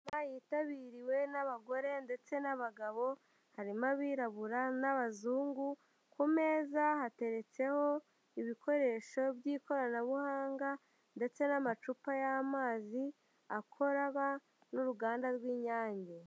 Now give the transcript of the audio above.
Inama yitabiriwe n'abagore ndetse n'abagabo, harimo abirabura n'abazungu, ku meza hateretseho ibikoresho by'ikoranabuhanga ndetse n'amacupa y'amazi akorwa n'uruganda rw'Inyange.